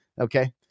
Okay